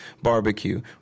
barbecue